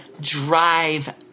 drive